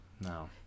no